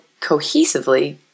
cohesively